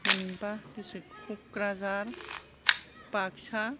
मोनबा दिसट्रिक्ट क'क्राझार बाक्सा